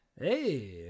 Hey